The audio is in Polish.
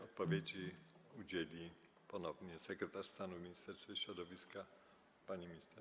Odpowiedzi udzieli ponownie sekretarz stanu w Ministerstwie Środowiska pani minister